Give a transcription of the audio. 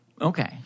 okay